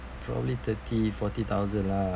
probably thirty forty thousand lah